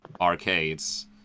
arcades